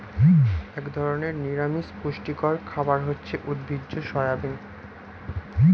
এক ধরনের নিরামিষ পুষ্টিকর খাবার হচ্ছে উদ্ভিজ্জ সয়াবিন